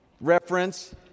reference